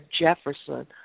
Jefferson